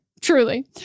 truly